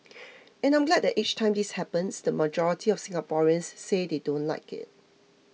and I'm glad that each time this happens the majority of Singaporeans say they don't like it